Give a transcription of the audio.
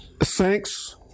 Thanks